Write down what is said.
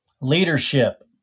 leadership